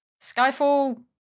Skyfall